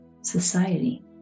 society